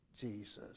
Jesus